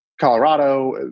Colorado